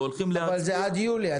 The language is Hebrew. והולכים להצביע -- אבל זה עד יולי.